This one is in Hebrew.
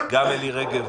וגם את אלי רגב,